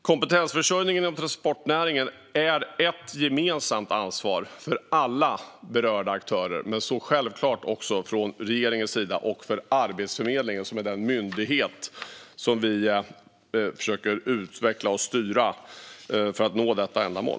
Kompetensförsörjningen inom transportnäringen är ett gemensamt ansvar för alla berörda aktörer, men självklart också från regeringens sida och för Arbetsförmedlingen, som är den myndighet som vi försöker utveckla och styra för att nå detta ändamål.